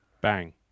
Bang